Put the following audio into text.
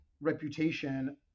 reputation